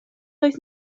oedd